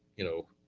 you know.